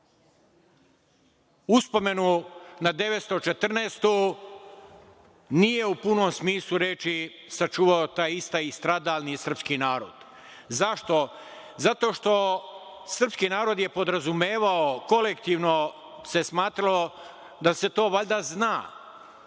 godinu nije u punom smislu reči sačuvao taj isti i stradalni srpski narod. Zašto? Zato što srpski narod je podrazumevao, kolektivno se smatralo da se to valjda zna,